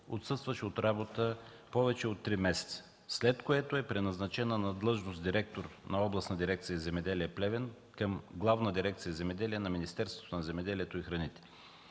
отсъстващ от работа повече от три месеца, след което е преназначена на длъжност директор на Областна дирекция „Земеделие” – Плевен, към Главна дирекция „Земеделие” на Министерството на земеделието и храните.